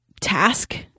task